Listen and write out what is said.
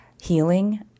healing